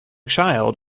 child